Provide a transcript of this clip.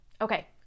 okay